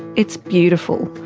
it's beautiful.